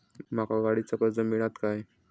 माका गाडीचा कर्ज मिळात काय?